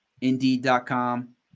Indeed.com